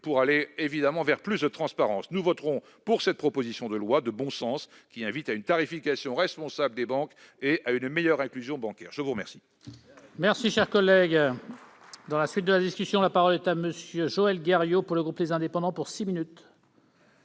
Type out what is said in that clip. pour aller vers plus de transparence. Nous voterons donc cette proposition de loi de bon sens qui invite à une tarification responsable et à une meilleure inclusion bancaire. La parole